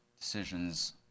decisions